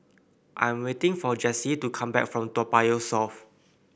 I am waiting for Jessy to come back from Toa Payoh South